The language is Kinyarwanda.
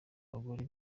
bagore